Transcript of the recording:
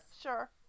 sure